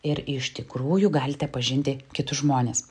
ir iš tikrųjų galite pažinti kitus žmones